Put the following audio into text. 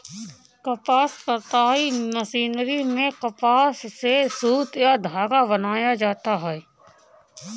कपास कताई मशीनरी में कपास से सुत या धागा बनाया जाता है